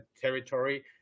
territory